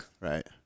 Right